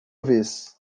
vez